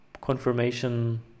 confirmation